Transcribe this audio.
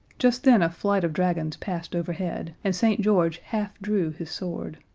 just then a flight of dragons passed overhead, and st. george half drew his sword.